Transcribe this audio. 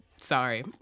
Sorry